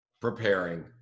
preparing